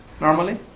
Normally